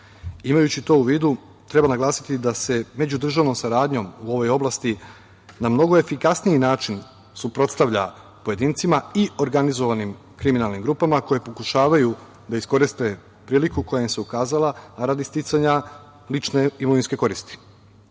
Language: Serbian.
Imajući to u vidu, treba naglasiti da se međudržavnom saradnjom u ovoj oblasti na mnogo efikasniji način suprotstavlja pojedincima i organizovanim kriminalnim grupama koje pokušavaju da iskoriste priliku koja im se ukazala, a radi sticanja lične imovinske koristi. Ne